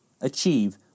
achieve